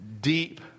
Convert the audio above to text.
deep